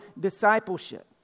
discipleship